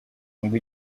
ngo